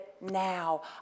now